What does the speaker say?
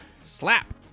Slap